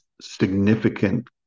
significant